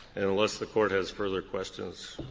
and unless the court has further questions,